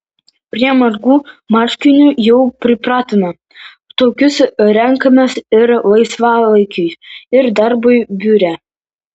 prie margų marškinių jau pripratome tokius renkamės ir laisvalaikiui ir darbui biure